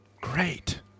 Great